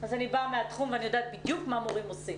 אני באה מהתחום ואני יודעת בדיוק מה המורים עושים.